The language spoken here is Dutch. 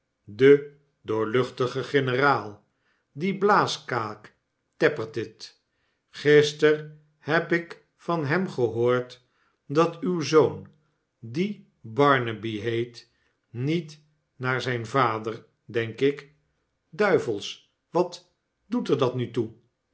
den doorluchtigen generaal dien blaaskaak tappertit gisteren heb ik van hem gehoord dat uw zoon die bamaby heet niet naar zijn vader denk ik duivels wat doet er dat nu toe